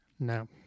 No